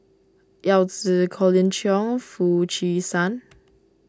Yao Zi Colin Cheong Foo Chee San